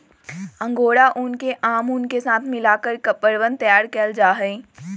angora ऊन के आम ऊन के साथ मिलकर कपड़वन तैयार कइल जाहई